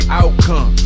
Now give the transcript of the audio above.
outcome